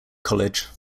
college